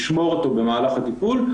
לשמור אותו במהלך הטיפול.